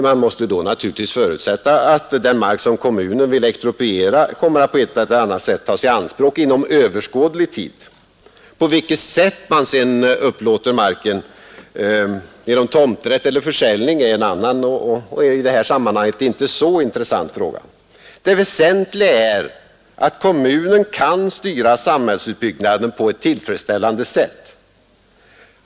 Man måste då naturligtvis förutsätta att den mark som kommunen vill expropriera på ett eller annat sätt tas i anspråk inom överskådlig tid. På vilket sätt man sedan upplåter marken — genom tomträtt eller försäljning — är en annan och i detta sammanhang inte så intressant fråga. Det väsentliga är att kommunen kan styra samhällsutbyggnaden på ett tillfredsställande sätt.